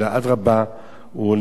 הוא הולך ומתעצם.